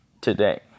today